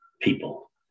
people